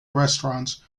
restaurants